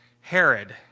Herod